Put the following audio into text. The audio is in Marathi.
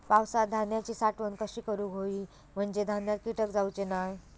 पावसात धान्यांची साठवण कशी करूक होई म्हंजे धान्यात कीटक जाउचे नाय?